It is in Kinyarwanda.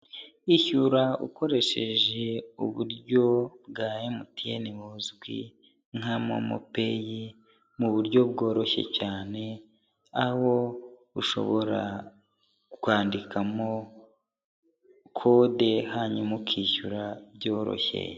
Ishyura ukoresheje uburyo bwa MTN buzwi nka momo peyi mu buryo bworoshye cyane, aho ushobora kwandikamo kode hanyuma ukishyura byoroshye.